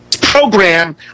program